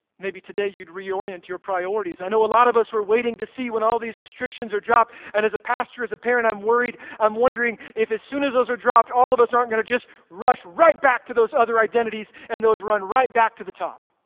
maybe today you'd reorient your priorities. i know a lot of us were waiting to see when all these restrictions are dropped, and as a pastor, as a parent i'm worried i'm wondering if as soon as those are dropped, all of us aren't going to just rush right back to those other identities, and those run right back to the top,